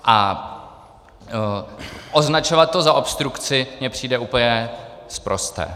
A označovat to za obstrukci mi přijde úplně sprosté.